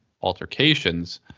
altercations